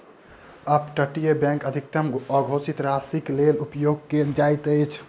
up तटीय bank अधिकतम अघोषित राशिक लेल उपयोग कयल जाइत अछि